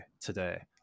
today